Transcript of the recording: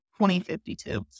2052